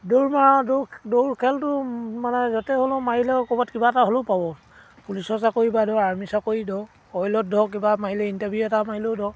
দৌৰ মৰা দৌৰ দৌৰ খেলটো মানে য'তে হ'লেও মাৰিলেও ক'ৰবাত কিবা এটা হ'লেও পাব পুলিচৰ চাকৰি বা ধৰক আৰ্মি চাকৰি ধৰক অইলত ধৰক কিবা মাৰিলে ইণ্টাৰভিউ এটা মাৰিলেও ধৰক